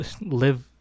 Live